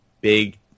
big